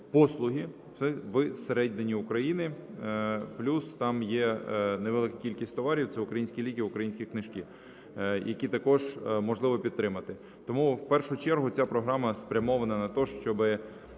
послуги всередині України. Плюс там є невелика кількість товарів, це українські ліки, українські книжки, які також можливо підтримати. Тому в першу чергу ця програма спрямована на те, щоби